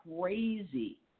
crazy